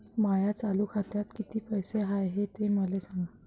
माया चालू खात्यात किती पैसे हाय ते मले सांगा